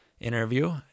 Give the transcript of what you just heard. interview